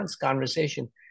conversation